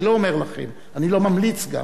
אני לא אומר לכם, אני לא ממליץ גם.